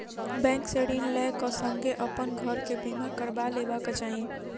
bank से ऋण लै क संगै अपन घर के बीमा करबा लेबाक चाही